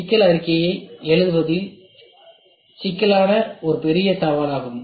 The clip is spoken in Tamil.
எனவே சிக்கல் அறிக்கையை எழுதுவதில் சிக்கலான ஒரு பெரிய சவாலாகும்